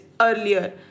earlier